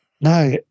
No